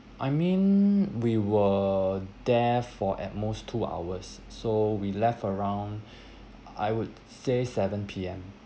I mean we were there for at most two hours so we left around I would say seven P_M